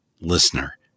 listener